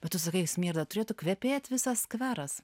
bet tu sakai smirda turėtų kvepėt visas skveras